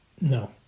No